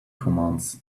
commands